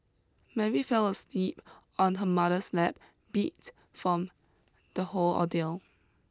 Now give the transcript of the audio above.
Mary fell asleep on her mother's lap beats from the whole ordeal